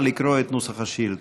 נא לקרוא את נוסח השאילתה.